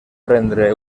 prendre